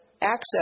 access